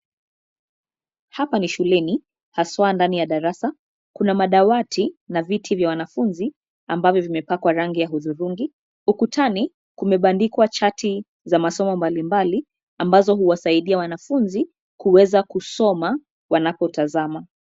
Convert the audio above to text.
Hapa ni shuleni, haswa ndani ya darasa ,kuna madawati na viti vya wanafunzi ambavyo vimepakwa rangi ya hudhurungi. Ukutani, kumebandikwa chati za masomo mbalimbali ambazo huwasaidia wanafunzi kuweza kusoma wanapotazama.